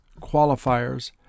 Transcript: qualifiers